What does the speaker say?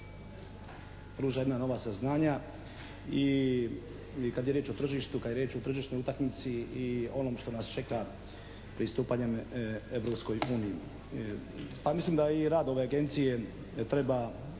pruža jedna nova saznanja i kad je riječ o tržištu, kad je riječ o tržišnoj utakmici i onome što nas čeka pristupanjem Europskoj uniji. Pa mislim da i rad ove agencije treba